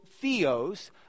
theos